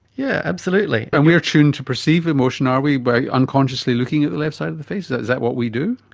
yeah absolutely. and we are tuned to perceive emotion, are we, by unconsciously looking at the left side of the face? is that what we do?